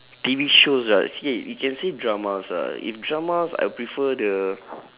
T_V shows ah you can say dramas ah if dramas I would prefer the